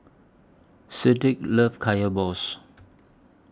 Cedric loves Kaya Balls